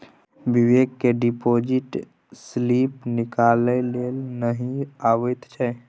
बिबेक केँ deposit slip निकालै लेल नहि अबैत छै